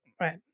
right